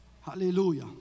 Hallelujah